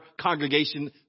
congregation